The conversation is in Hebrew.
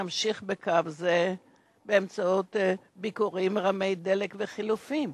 נמשיך בקו זה באמצעות ביקורים רמי-דרג וחילופי משלחות.